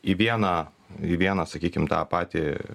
į vieną į vieną sakykim tą patį